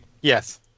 Yes